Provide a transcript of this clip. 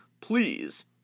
Please